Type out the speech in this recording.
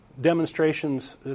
demonstrations